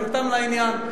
גם נרתם לעניין,